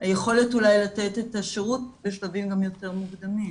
היכולת אולי לתת את השירות בשלבים גם יותר מוקדמים.